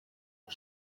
and